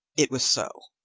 it was so,